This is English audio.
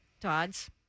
Todd's